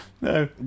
no